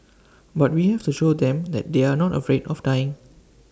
but we have to show them that they are not afraid of dying